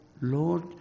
Lord